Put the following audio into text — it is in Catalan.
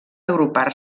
agrupar